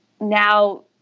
now